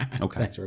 Okay